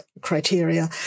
criteria